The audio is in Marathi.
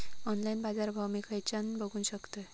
ऑनलाइन बाजारभाव मी खेच्यान बघू शकतय?